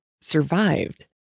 survived